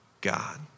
God